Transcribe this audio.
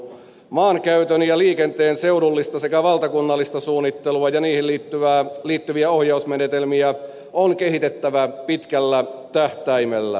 maankäytön ja liikenteen seudullista sekä valtakunnallista suunnittelua ja niihin liittyviä ohjausmenetelmiä on kehitettävä pitkällä tähtäimellä